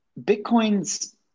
bitcoin's